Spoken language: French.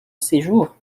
séjour